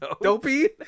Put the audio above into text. Dopey